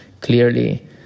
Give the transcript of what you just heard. clearly